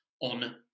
on